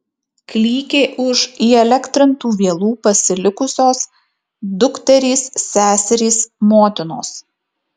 klykė už įelektrintų vielų pasilikusios dukterys seserys motinos